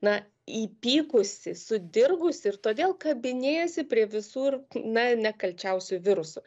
na įpykusi sudirgusi ir todėl kabinėjasi prie visur na nekalčiausių virusų